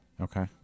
okay